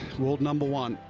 world number one,